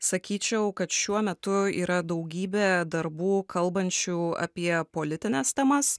sakyčiau kad šiuo metu yra daugybė darbų kalbančių apie politines temas